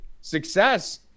success